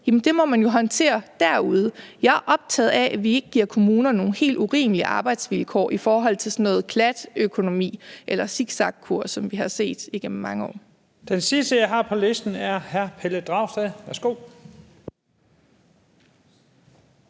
med, må man jo håndtere derude. Jeg er optaget af, at vi ikke giver kommunerne nogle helt urimelige arbejdsvilkår i forhold til sådan en klatøkonomi eller zigzagkurs, som vi har set igennem mange år. Kl. 12:04 Første næstformand (Leif